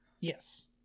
yes